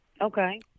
okay